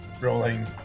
rolling